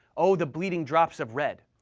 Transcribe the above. o the bleeding drops of red,